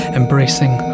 embracing